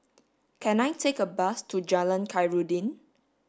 can I take a bus to Jalan Khairuddin